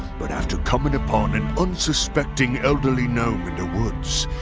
but after coming upon an unsuspecting elderly gnome in the woods,